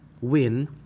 win